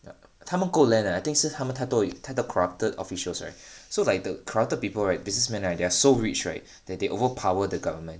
ya 他们够 land eh I think 是他们太多太多 corrupted officials right like the corrupted people right businessmen right they're so rich right that they overpower the government